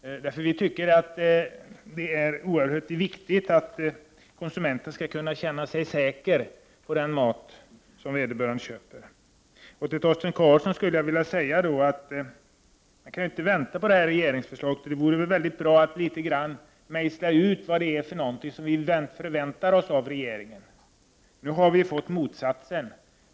Det är enligt vår mening oerhört viktigt att konsumenten känner sig säker på den mat han eller hon köper. Vi kan inte vänta på regeringsförslaget, Torsten Karlsson. Det vore bra att mejsla ut vad vi förväntar oss av regeringen. Nu har vi fått motsatsen.